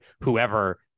whoever